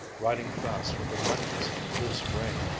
riding fast with a recklessly loose rein,